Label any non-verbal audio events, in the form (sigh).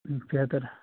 (unintelligible)